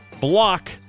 Block